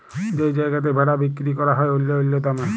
যেই জায়গাতে ভেড়া বিক্কিরি ক্যরা হ্যয় অল্য অল্য দামে